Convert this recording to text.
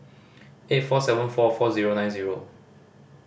eight four seven four four zero nine zero